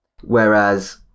Whereas